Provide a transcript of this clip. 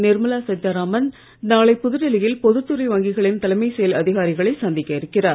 நிர்மலா சீத்தாராமன் நாளை புதுடெல்லியில் பொதுத் வங்கிகளின் தலைமை செயல் துறை அதிகாரிகளை சந்திக்க இருக்கிறார்